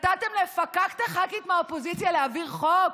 נתתם לפפקטה ח"כית מהאופוזיציה להעביר חוק?